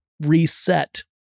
reset